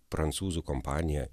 prancūzų kompaniją